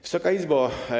Wysoka Izbo!